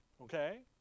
Okay